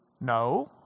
no